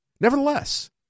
Nevertheless